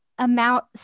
amount